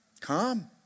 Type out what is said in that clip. come